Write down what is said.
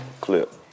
clip